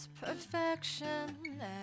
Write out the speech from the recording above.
perfection